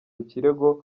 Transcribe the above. ikirego